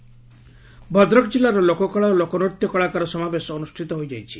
ଲୋକକଳା ଭଦ୍ରକ ଜିଲ୍ଲାର ଲୋକକଳା ଓ ଲୋକନୂତ୍ୟ କଳାକାର ସମାବେଶ ଅନୁଷ୍ପିତ ହୋଇଯାଇଛି